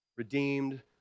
redeemed